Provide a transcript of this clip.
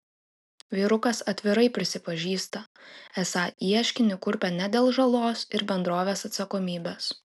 vyrukas atvirai prisipažįsta esą ieškinį kurpia ne dėl žalos ir bendrovės atsakomybės